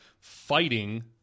fighting